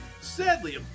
sadly